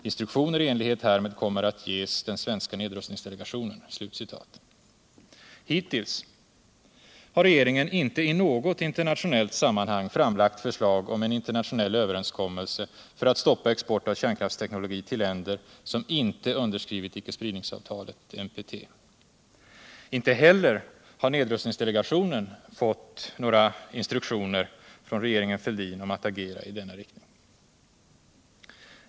Instruktioner i Hittills har regeringen inte i något internationellt sammanhang framlagt förslag om en internationell överenskommelse för att stoppa export av kärnkraftsteknologi till länder som inte underskrivit icke-spridningsavtalet . Inte heller har nedrustningsdelegationen fått några instruktioner från regeringen Fälldin om att agera i denna riktning.